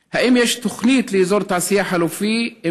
3. האם יש תוכנית לאזור תעשיה חלופי?